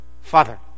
Father